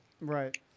Right